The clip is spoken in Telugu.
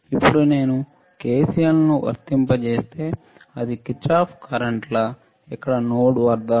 ఇప్పుడు నేను K C L ను వర్తింపజేస్తే అది కిర్చోఫ్ కరెంట్ లా ఇక్కడ నోడ్ వద్ద సరే